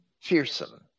fearsome